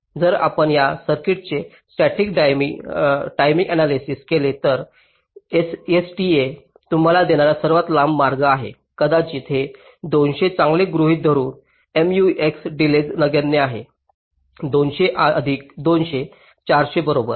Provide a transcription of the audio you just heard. जर आपण या सर्किटचे स्टॅटिक टाईमिंग आण्यालायसिस केले तर STA तुम्हाला देणारा सर्वात लांब मार्ग आहे कदाचित हे 200 चांगले गृहीत धरून MUX डिलेज नगण्य आहे 200 अधिक 200 400 बरोबर